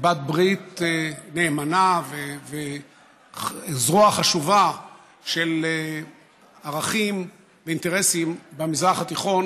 בת-ברית נאמנה וזרוע חשובה של ערכים ואינטרסים במזרח התיכון